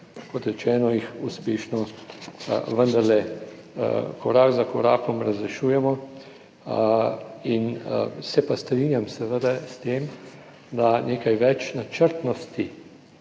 kot rečeno, jih uspešno vendarle, korak za korakom, razrešujemo in se pa strinjam seveda s tem, da nekaj več načrtnosti